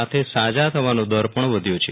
સાથે સાજા થવાનો દર પણ વધ્યો છે